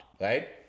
right